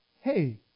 hey